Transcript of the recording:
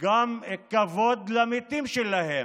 גם כבוד למתים שלהם.